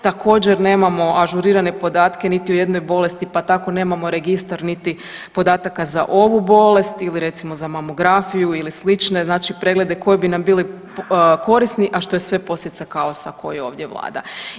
Također nemamo ažurirane podatke niti o jednoj bolesti, pa tako nemamo registar niti podataka za ovu bolest ili recimo za mamografiju ili slične, znači preglede koji bi nam bili korisni, a što je sve posljedica kaosa koji ovdje vlada.